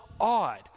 odd